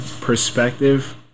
perspective